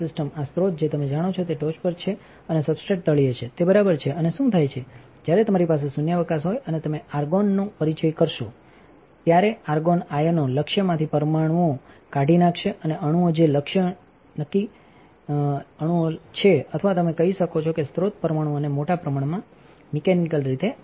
આ સ્રોત જે તમે જાણો છો તે ટોચ પર છે અને સબસ્ટ્રેટ તળિયે છે તે બરાબર છે અને શું થાય છે જ્યારે તમારી પાસે શૂન્યાવકાશ હોય અને તમે આર્ગોનનો પરિચય કરશો ત્યારેઆર્ગોન આયનો લક્ષ્યમાંથી પરમાણુઓ કાlodી નાખશે અને આ અણુઓ જે લક્ષ્ય અણુઓ છે અથવા તમે કહી શકો છો સ્રોત પરમાણુ આને મોટા પ્રમાણમાં મિકેનિકલ રીતે મળશે